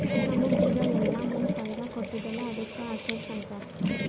ನಮುಗ್ ಈಗ ಇಲ್ಲಾ ಮುಂದ್ ಫೈದಾ ಕೊಡ್ತುದ್ ಅಲ್ಲಾ ಅದ್ದುಕ ಅಸೆಟ್ಸ್ ಅಂತಾರ್